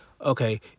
okay